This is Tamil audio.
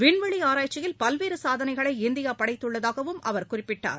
விண்வெளிஆராய்ச்சியில் பல்வேறுசாதனைகளை இந்தியாபடைத்துள்ளதாகவும் அவர் குறிப்பிட்டார்